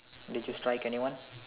did you strike anyone